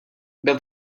byl